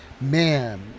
man